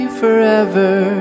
forever